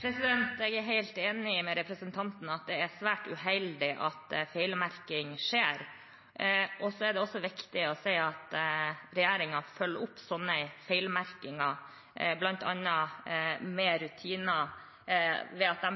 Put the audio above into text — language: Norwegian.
Jeg er helt enig med representanten i at det er svært uheldig at feilmerking skjer. Det er også viktig å si at regjeringen følger opp sånne feilmerkinger, bl.a. ved at rutiner